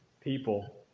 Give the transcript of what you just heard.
people